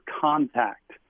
contact